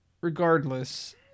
regardless